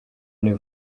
new